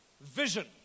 vision